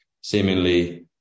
seemingly